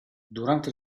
durante